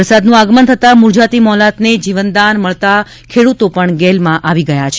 વરસાદનું આગમન તથા મુરઝાતી મોલાતને જીવતદાન મળતાં ખેડૂતો પણ ગેલમાં આવી ગયા છે